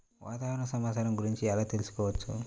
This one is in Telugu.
వాతావరణ సమాచారము గురించి ఎలా తెలుకుసుకోవచ్చు?